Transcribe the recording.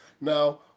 Now